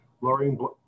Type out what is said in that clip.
lowering